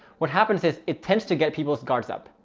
what happens is it tends to get people's guards up.